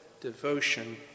devotion